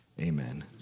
amen